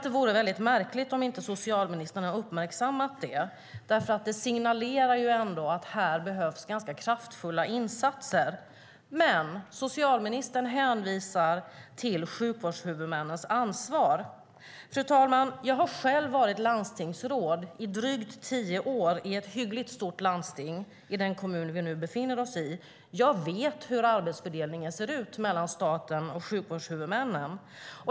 Det vore väldigt märkligt om inte socialministern har uppmärksammat det. Det signalerar ändå att här krävs ganska kraftfulla insatser. Men socialministern hänvisar till sjukvårdshuvudmännens ansvar. Fru talman! Jag har själv varit landstingsråd i drygt tio år i ett hyggligt stort landsting som omfattar den kommun vi nu befinner oss i. Jag vet hur arbetsfördelningen ser ut mellan staten och sjukvårdshuvudmännen.